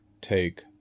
take